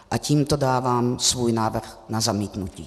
A tímto dávám svůj návrh na zamítnutí.